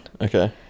okay